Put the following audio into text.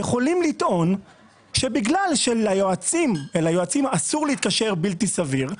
יכולים לטעון שבגלל שליועצים אסור להתקשר בלתי סביר,